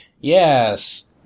Yes